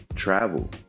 travel